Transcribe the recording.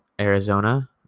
Arizona